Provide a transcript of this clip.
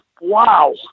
wow